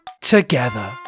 together